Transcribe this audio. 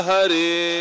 Hari